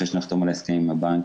אחרי שנחתום על ההסכם עם הבנקים,